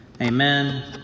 amen